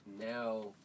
now